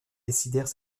décidèrent